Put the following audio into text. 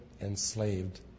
enslaved